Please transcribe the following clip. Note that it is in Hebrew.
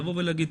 לבוא ולהגיד,